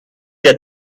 der